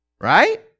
Right